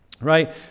right